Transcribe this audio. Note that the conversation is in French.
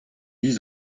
dix